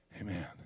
Amen